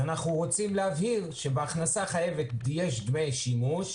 אנחנו רוצים להבהיר שבהכנסה החייבת יש דמי שימוש,